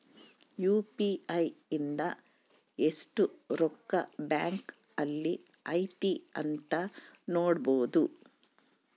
UPI ಇಂದ ಎಸ್ಟ್ ರೊಕ್ಕ ಬ್ಯಾಂಕ್ ಅಲ್ಲಿ ಐತಿ ಅಂತ ನೋಡ್ಬೊಡು